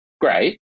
great